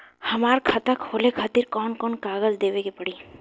हमार खाता खोले खातिर कौन कौन कागज देवे के पड़ी?